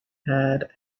had